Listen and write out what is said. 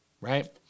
right